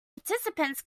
participants